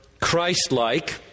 Christ-like